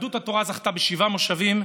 יהדות התורה זכתה בשבעה מושבים,